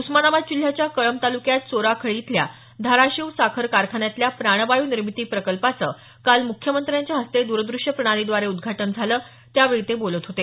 उस्मानाबाद जिल्ह्याच्या कळंब तालुक्यात चोराखळी इथल्या धाराशिव साखर कारखान्यातल्या प्राणवायू निर्मिती प्रकल्पाचं काल मुख्यमंत्र्यांच्या हस्ते द्रदृश्य प्रणालीद्वारे उद्धाटन झालं त्यावेळी ते बोलत होते